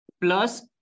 plus